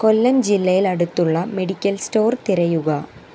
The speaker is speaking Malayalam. കൊല്ലം ജില്ലയിൽ അടുത്തുള്ള മെഡിക്കൽ സ്റ്റോർ തിരയുക